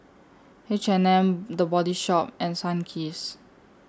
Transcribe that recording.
H and M The Body Shop and Sunkist